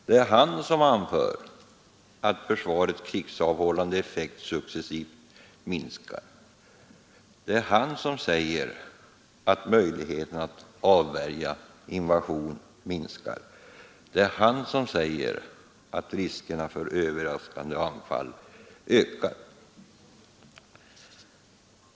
Det är han som anför att försvarets krigsavhållande effekt successivt minskar, det är han som säger att möjligheten att avvärja invasion minskar och det är han som säger att riskerna för överraskande anfall ökar.